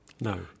No